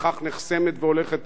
וכך נחסמת והולכת,